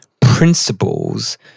principles